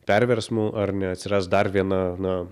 perversmų ar neatsiras dar viena na